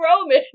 Roman